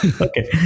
Okay